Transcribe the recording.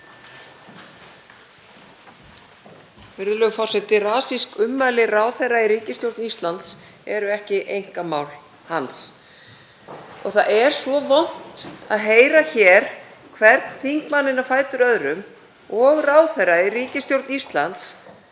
Virðulegur forseti. Rasísk ummæli ráðherra í ríkisstjórn Íslands eru ekki einkamál hans. Það er svo vont að heyra hér hvern þingmanninn á fætur öðrum og ráðherra í ríkisstjórn Íslands